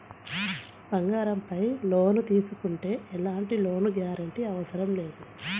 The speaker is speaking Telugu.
బంగారంపై లోను తీసుకుంటే ఎలాంటి లోను గ్యారంటీ అవసరం లేదు